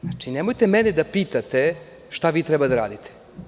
Znači, nemojte mene da pitate šta vi treba da radite.